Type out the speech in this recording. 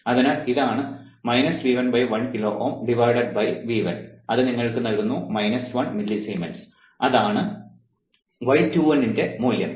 അതിനാൽ ഇതാണ് V1 1 kilo Ω V1 അത് നിങ്ങൾക്ക് നൽകുന്നു 1 മില്ലിസീമെൻസ് അതിനാൽ അതാണ് y21 ന്റെ മൂല്യം